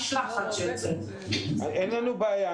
אין בעיה.